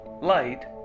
light